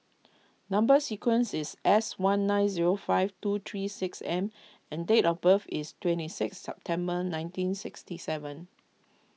Number Sequence is S one nine zero five two three six M and date of birth is twenty six September nineteen sixty seven